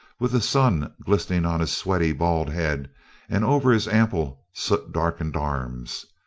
with the sun glistening on his sweaty bald head and over his ample, soot-darkened arms.